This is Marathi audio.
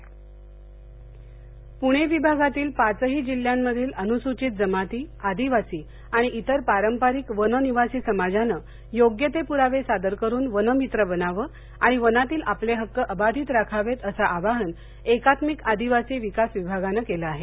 वनहक्क पुणे विभागातील पाचही जिल्ह्यांमधील अनुसूचित जमाती आदिवासी आणि इतर पारंपरिक वननिवासी समाजानं योग्य ते प्रावे सादर करून वनमित्र बनाव आणि वनातील आपले हक्क अबाधित राखावेत असं आवाहन एकात्मिक आदिवासी विकास विभागानं केलं आहे